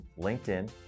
LinkedIn